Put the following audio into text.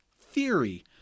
theory